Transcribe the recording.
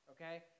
okay